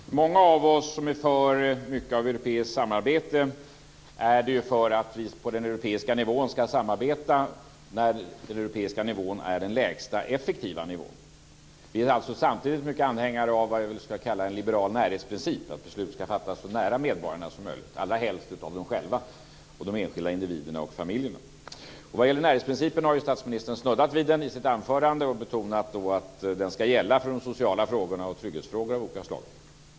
Fru talman! Många av oss som är för mycket av europeiskt samarbete är det för att vi på den europeiska nivån ska samarbete när den europeiska nivån är den lägsta effektiva nivån. Vi är samtidigt anhängare av vad jag skulle vilja kalla en liberal närhetsprincip, att beslut ska fattas så nära medborgarna som möjligt, allra helst av dem själva, de enskilda individerna och familjerna. Närhetsprincipen har statsministern snuddat vid i sitt anförande och betonat att den ska gälla för de sociala frågorna och trygghetsfrågorna av olika slag.